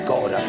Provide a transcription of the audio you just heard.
God